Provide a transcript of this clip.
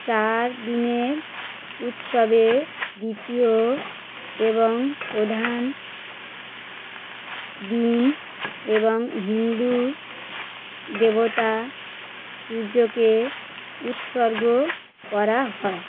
চার দিনের উৎসবে দ্বিতীয় এবং প্রধান দিন এবং হিন্দু দেবতা সূর্যকে উৎসর্গ করা হয়